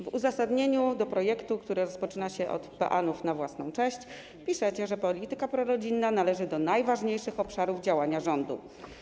W uzasadnieniu projektu, które rozpoczyna się od peanów na własną cześć, piszecie, że polityka prorodzinna należy do najważniejszych obszarów działania rządu.